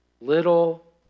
little